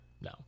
no